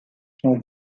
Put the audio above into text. son